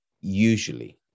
usually